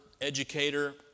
educator